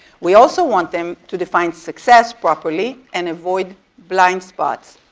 we also want them to define success properly, and avoid blind spots.